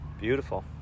Beautiful